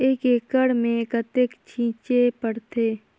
एक एकड़ मे कतेक छीचे पड़थे?